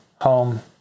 home